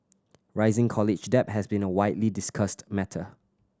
rising college debt has been a widely discussed matter